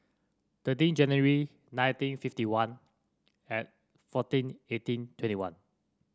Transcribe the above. thirteen January nineteen fifty one and fourteen eighteen twenty one